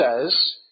says